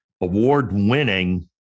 award-winning